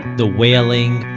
the wailing,